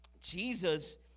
Jesus